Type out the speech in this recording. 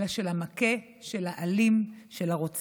אלא של המכה, של האלים, של הרוצח.